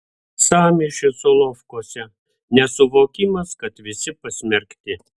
sąmyšis solovkuose nesuvokimas kad visi pasmerkti